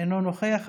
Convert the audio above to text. אינו נוכח.